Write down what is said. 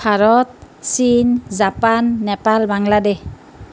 ভাৰত চীন জাপান নেপাল বাংলাদেশ